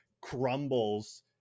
crumbles